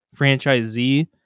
franchisee